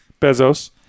Bezos